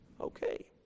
Okay